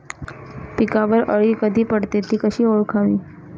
पिकावर अळी कधी पडते, ति कशी ओळखावी?